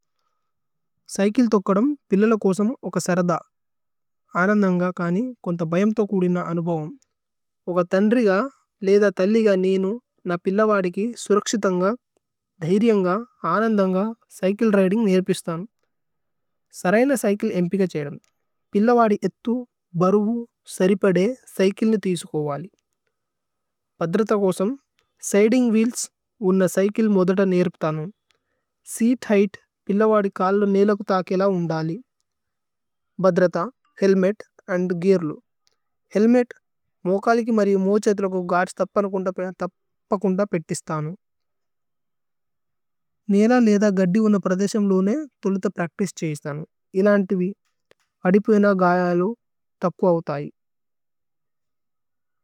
Cycle തോകദമ് പില്ലല കൂസമ് ഉന്ക സരദ। അനന്ദന്ഗ കാനി കുമ്ഥ ബയമ് തോ കുദിന അനുബോഹമ്। ഉന്ക തന്ദ്രിഗ ലേഇദ തല്ലി ഗ നീനു ന പില്ലവദി കി സുരക്ശിതന്ഗ, ദഹേര്യന്ഗ അനന്ദന്ഗ സൈകില് രിദിന്ഗ് നേരേപിസ്ഥാന്। സരയന സൈകില് മ്പ് കഛേദമ്। പില്ലവദി ഏത്തു, ബരു, സരിപദേ സൈകില് നിതീസുകോ ഓവലി। പദ്രത കൂസമ് സൈകില് മോദത നേരേപ്ഥാന്।